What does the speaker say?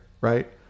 right